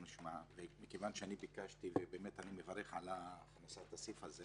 מכיוון שביקשתי ואני מברך על הכנסת הסעיף הזה